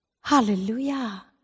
Hallelujah